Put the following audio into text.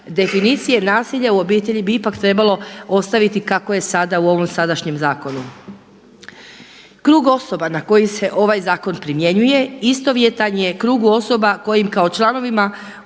definicije nasilja u obitelji bi ipak trebalo ostaviti kako je sada u ovom sadašnjem zakonu. Krug osoba na koji se ovaj zakon primjenjuje istovjetan je krugu osoba kojim kao članovima obitelji